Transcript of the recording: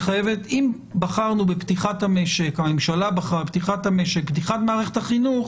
אם הממשלה בחרה בפתיחת המשק,